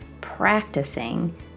practicing